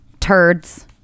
turds